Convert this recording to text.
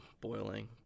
boiling